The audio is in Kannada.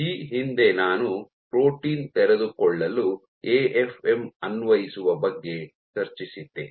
ಈ ಹಿಂದೆ ನಾನು ಪ್ರೋಟೀನ್ ತೆರೆದುಕೊಳ್ಳಲು ಎಎಫ್ಎಂ ಅನ್ವಯಿಸುವ ಬಗ್ಗೆ ಚರ್ಚಿಸಿದ್ದೆ